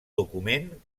document